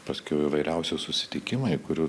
paskiau įvairiausi susitikimai kurių